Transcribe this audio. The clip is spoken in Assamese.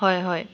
হয় হয়